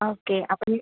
okay അപ്പോൾ